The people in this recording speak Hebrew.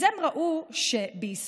הם ראו שבישראל,